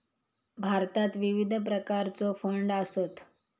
भारतात विविध प्रकारचो फंड आसत